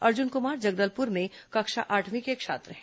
अर्जुन कुमार जगदलपुर में कक्षा आठवीं के छात्र हैं